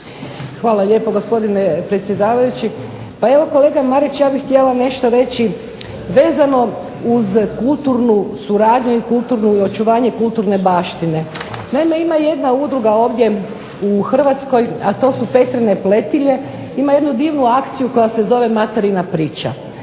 Hvala lijepo gospodine predsjedavajući. Pa evo kolega Marić ja bih htjela nešto reći vezano uz kulturnu suradnju i očuvanje kulturne baštine. Naime, ima jedna udruga ovdje u Hrvatskoj a to su Petrine pletilje. Imaju jednu divnu akciju koja se zove Materina priča.